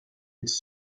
its